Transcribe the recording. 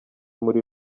muri